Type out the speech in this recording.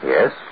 Yes